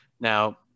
Now